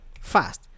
fast